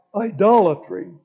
idolatry